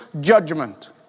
judgment